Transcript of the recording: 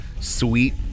sweet